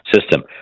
system